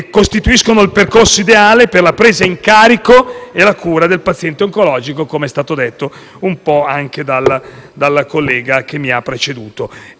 costituiscono il percorso ideale per la presa in carico e la cura del paziente oncologico, com'è stato detto anche dal collega che mi ha preceduto.